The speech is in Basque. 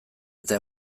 eta